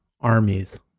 Armies